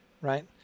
right